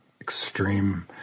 Extreme